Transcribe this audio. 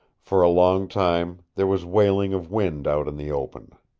for a long time there was wailing of wind out in the open.